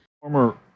Former